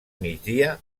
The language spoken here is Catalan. migdia